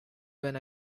when